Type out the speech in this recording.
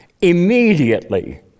Immediately